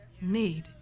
need